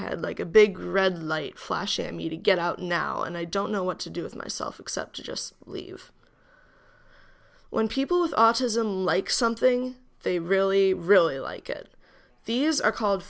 head like a big red light flashing at me to get out now and i don't know what to do with myself except to just leave when people with autism like something they really really like it these are called